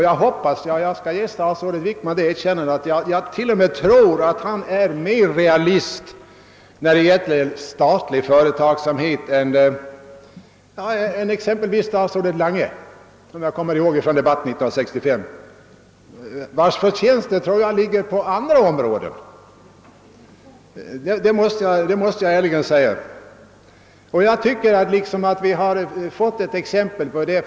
Jag skall ge statsrådet Wickman det erkännandet, att jag tror att han är mera realist när det gäller statlig företagsamhet än exempelvis statsrådet Lange, vars uttalanden jag minns väl från debatten 1965. Hans förtjänster ligger nog på andra områden — det måste jag ärligen säga. Jag tycker att vi här fått ett exempel på detta.